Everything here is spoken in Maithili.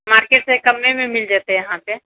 मार्केट सँ कममे मिल जेतै यहाँ पर